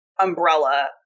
umbrella